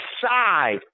side